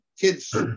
kids